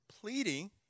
pleading